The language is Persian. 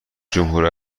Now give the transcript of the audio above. جمهور